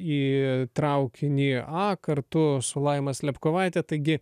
į traukinį a kartu su laima slepkovaite taigi